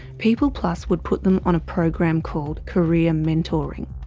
peopleplus would put them on a program called career mentoring.